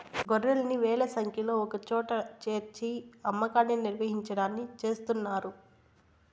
గొర్రెల్ని వేల సంఖ్యలో ఒకచోట చేర్చి అమ్మకాన్ని నిర్వహించడాన్ని చేస్తున్నారు